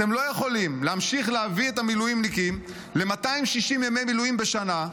אתם לא יכולים להמשיך להביא את המילואימניקים ל-260 ימי מילואים בשנה.